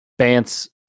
Bance